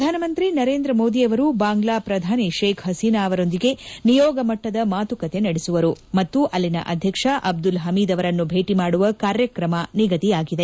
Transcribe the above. ಪ್ರಧಾನಮಂತ್ರಿ ನರೇಂದ್ರ ಮೋದಿಯವರು ಬಾಂಗ್ಲಾ ಪ್ರಧಾನಿ ಶೇಕ್ ಪಸೀನಾ ಅವರೊಂದಿಗೆ ನಿಯೋಗ ಮಟ್ಟದ ಮಾತುಕತೆ ನಡೆಸುವರು ಮತ್ತು ಅಲ್ಲಿನ ಅಧ್ಯಕ್ಷ ಅಬ್ದುಲ್ ಹಮೀದ್ ಅವರನ್ನು ಭೇಟಿ ಮಾಡುವ ಕಾರ್ಯಕ್ರಮ ನಿಗದಿಯಾಗಿದೆ